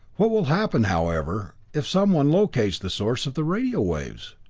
what will happen, however, if someone locates the source of the radio waves?